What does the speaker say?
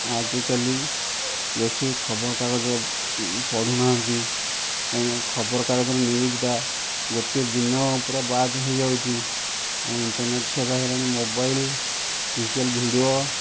ଆଜିକାଲି ବେଶୀ ଖବରକାଗଜ ପଢ଼ୁ ନାହାଁନ୍ତି କାହିଁକି ନା ଖବରକାଗଜ ର ନ୍ୟୁଜ୍ଟା ଗୋଟିଏ ଦିନ ପୁରା ବାଦ୍ ହୋଇଯାଉଛି ଇଣ୍ଟରନେଟ୍ ସେବା ହୋଇଗଲାଣି ମୋବାଇଲ୍ ମ୍ୟୁଚାଲ୍ ଭିଡ଼ିଓ